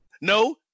No